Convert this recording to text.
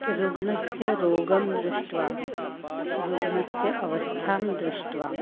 रुग्णस्य रोगं दृष्ट्वा रुग्णस्य अवस्थां दृष्ट्वा